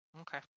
okay